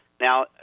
Now